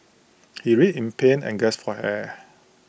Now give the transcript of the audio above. he writhed in pain and gasped for air